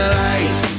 life